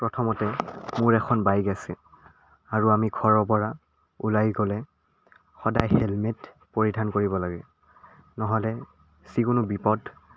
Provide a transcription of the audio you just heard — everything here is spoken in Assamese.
প্ৰথমতে মোৰ এখন বাইক আছে আৰু আমি ঘৰৰপৰা ওলাই গ'লে সদায় হেলমেট পৰিধান কৰিব লাগে নহ'লে যিকোনো বিপদ